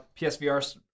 PSVR